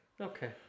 okay